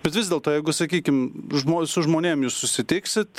bet vis dėlto jeigu sakykim žmo su žmonėm jūs susitiksit